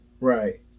Right